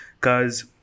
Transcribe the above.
Cause